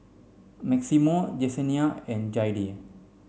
Maximo Jessenia and Jayde